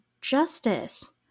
justice